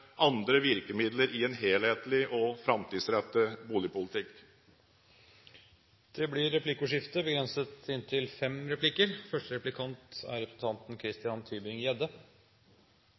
andre virkemidler i en helhetlig og framtidsrettet boligpolitikk. Det blir replikkordskifte.